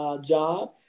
job